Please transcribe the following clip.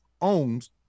owns